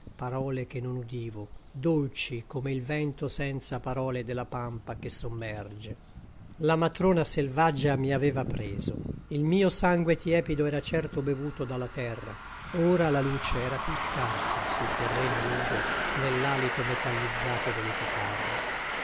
parole che non udivo dolci come il vento senza parole della pampa che sommerge la matrona selvaggia mi aveva preso il mio sangue tiepido era certo bevuto dalla terra ora la luce era più scarsa sul terreno nudo nell'alito metallizzato delle chitarre